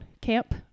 camp